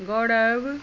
गौरव